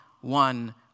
one